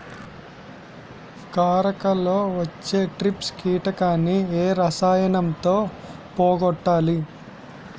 కాకరలో వచ్చే ట్రిప్స్ కిటకని ఏ రసాయనంతో పోగొట్టాలి?